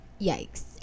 Yikes